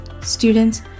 students